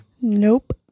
Nope